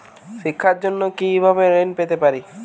শিক্ষার জন্য কি ভাবে ঋণ পেতে পারি?